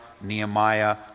Nehemiah